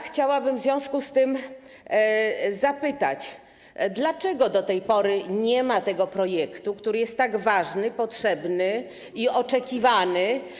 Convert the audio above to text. Chciałabym w związku z tym zapytać, dlaczego do tej pory nie ma tego projektu, który jest tak ważny, potrzebny i oczekiwany.